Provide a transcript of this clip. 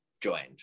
joined